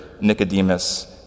Nicodemus